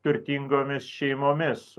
turtingomis šeimomis